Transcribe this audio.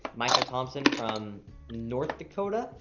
michael thompson from north dakota?